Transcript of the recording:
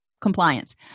compliance